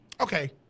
Okay